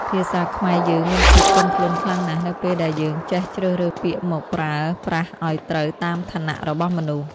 ភាសាខ្មែរយើងមានភាពទន់ភ្លន់ខ្លាំងណាស់នៅពេលដែលយើងចេះជ្រើសរើសពាក្យមកប្រើប្រាស់ឱ្យត្រូវតាមឋានៈរបស់មនុស្ស។